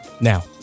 now